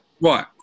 Right